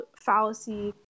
fallacy